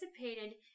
participated